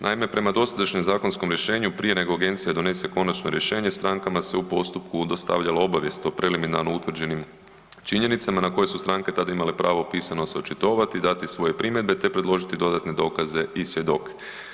Naime, prema dosadašnjem zakonskom rješenju prije nego Agencija donese konačno rješenje strankama se u postupku dostavljala obavijest o preliminarno utvrđenim činjenicama na koje su stranke tada imale pravo pisano se očitovati, dati svoje primjedbe te predložiti dodatne dokaze i svjedoke.